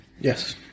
Yes